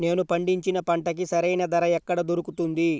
నేను పండించిన పంటకి సరైన ధర ఎక్కడ దొరుకుతుంది?